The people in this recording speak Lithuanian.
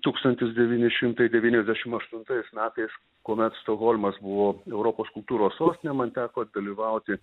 tūkstantis devyni šimtai devyniasdešim aštuntais metais kuomet stokholmas buvo europos kultūros sostinė man teko dalyvauti